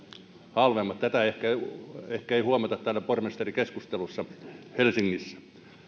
halvemmat tätä ei ehkä huomata pormestarikeskustelussa täällä helsingissä